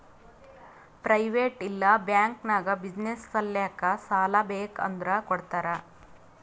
private ಇಲ್ಲಾ bank ನಾಗ್ business ಸಲ್ಯಾಕ್ ಸಾಲಾ ಬೇಕ್ ಅಂದುರ್ ಕೊಡ್ತಾರ್